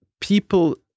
people